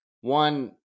one